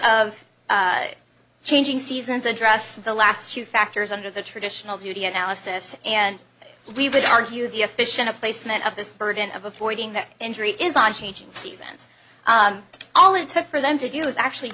of changing seasons address the last two factors under the traditional duty analysis and we would argue the efficient a placement of this burden of avoiding the injury is on changing seasons all it took for them to do is actually